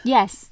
Yes